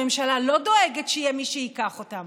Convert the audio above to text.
הממשלה לא דואגת שיהיה מי שייקח אותם.